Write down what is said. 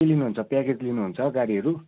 के लिनु हुन्छ प्याकेज लिनु हुन्छ गाडीहरू